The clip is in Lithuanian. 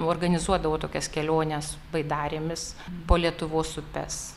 organizuodavo tokias keliones baidarėmis po lietuvos upes